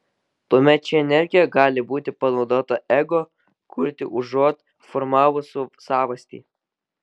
tuomet ši energija gali būti panaudota ego kurti užuot formavus savastį